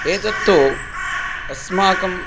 एतत्तु अस्माकं